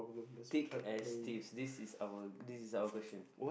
thick as teeths this is our this is our question